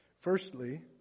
Firstly